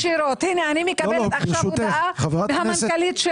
אני מקבלת עכשיו הודעה מהמנכ"לית של